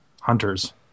hunters